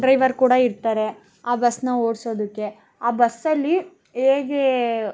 driver ಕೂಡ ಇರ್ತಾರೆ ಆ ಬಸ್ಸನ್ನ ಓಡ್ಸೋದಕ್ಕೆ ಆ ಬಸ್ಸಲ್ಲಿ ಹೇಗೆ